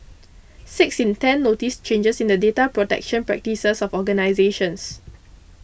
six in ten noticed changes in the data protection practices of organisations